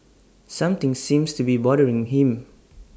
something seems to be bothering him